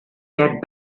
get